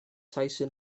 tyson